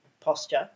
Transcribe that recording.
posture